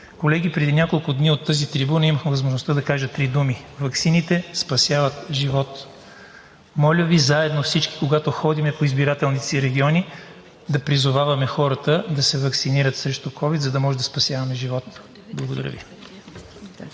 Колеги, преди няколко дни от тази трибуна имах възможността да кажа три думи – ваксините спасяват живот. Моля Ви, заедно всички, когато ходим по избирателните си региони, да призоваваме хората да се ваксинират срещу ковид, за да може да спасяваме живот. Благодаря ви.